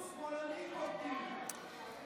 "שמאלנים בוגדים".